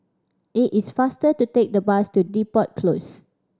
it is faster to take the bus to Depot Close